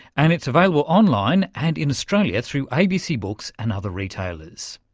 and it's available online and in australia through abc books and other retailers.